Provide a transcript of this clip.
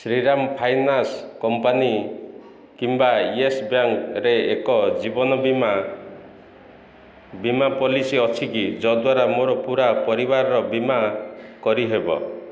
Shriram finance company କିମ୍ବା Yes Bank ରେ ଏକ ଜୀବନ ବୀମା ବୀମା ପଲିସି ଅଛିକି ଯଦ୍ଵାରା ମୋର ପୂରା ପରିବାରର ବୀମା କରି ହେବ